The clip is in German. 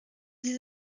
sie